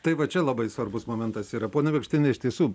tai va čia labai svarbus momentas yra ponia bėkštiene iš tiesų